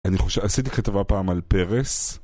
אני חושב... עשיתי כתבה פעם על פרס